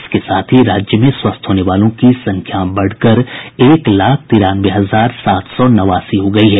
इसके साथ ही राज्य में स्वस्थ होने वालों की संख्या बढकर एक लाख तिरानवे हजार सात सौ नवासी हो गई है